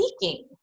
seeking